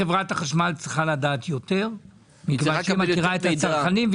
חברת חשמל צריכה לדעת יותר מכיוון שהיא מכירה את הצרכנים.